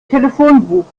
telefonbuch